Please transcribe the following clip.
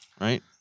right